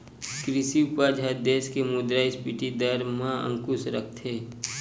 कृषि उपज ह देस के मुद्रास्फीति दर म अंकुस रखथे